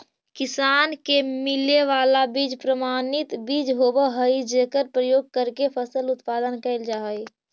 किसान के मिले वाला बीज प्रमाणित बीज होवऽ हइ जेकर प्रयोग करके फसल उत्पादन कैल जा हइ